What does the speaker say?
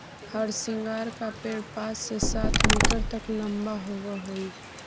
हरसिंगार का पेड़ पाँच से सात मीटर तक लंबा होवअ हई